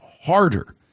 harder